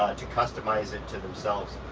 to customize it to themselves.